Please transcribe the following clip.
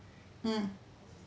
mm